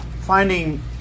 finding